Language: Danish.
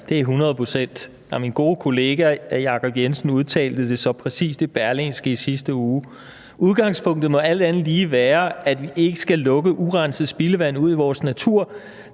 hundrede procent. Min gode kollega Jacob Jensen udtalte det så præcist i Berlingske i sidste uge: »Udgangspunktet må være, at vi ikke skal lukke spildevand urenset ud i vores natur,